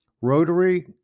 Rotary